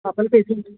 double bedroom